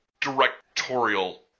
directorial